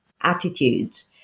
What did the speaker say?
attitudes